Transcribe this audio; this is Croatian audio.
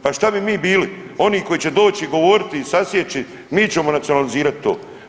Pa šta bi mi bili, oni koji će doći i govoriti i sasjeći mi ćemo nacionalizirat to.